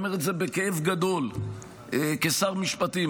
אני אומר את זה בכאב גדול כשר משפטים,